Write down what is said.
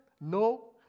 no